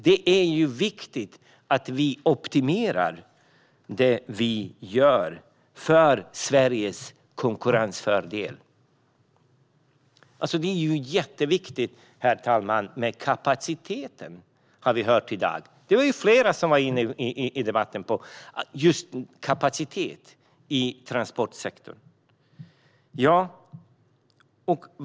Det är viktigt att vi optimerar det vi gör så att Sverige kan få konkurrensfördelar. Herr talman! Vi har i dag fått höra att det är viktigt med kapaciteten. Flera talare har i debatten tagit upp frågan om kapacitet i transportsektorn.